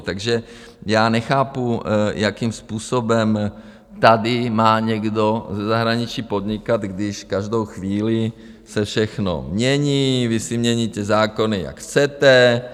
Takže já nechápu, jakým způsobem tady má někdo ze zahraničí podnikat, když každou chvíli se všechno mění, vy si měníte zákony, jak chcete.